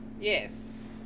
Yes